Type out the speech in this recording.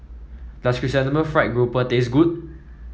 does Chrysanthemum Fried Grouper taste good